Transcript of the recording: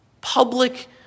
public